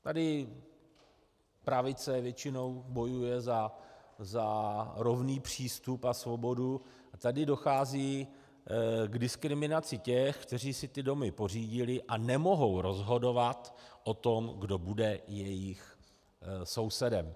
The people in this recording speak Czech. Tady pravice většinou bojuje za rovný přístup a svobodu, a tady dochází k diskriminaci těch, kteří si ty domy pořídili a nemohou rozhodovat o tom, kdo bude jejich sousedem.